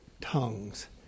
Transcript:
tongues